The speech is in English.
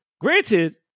granted